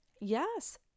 Yes